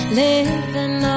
living